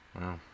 Wow